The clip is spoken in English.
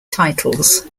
titles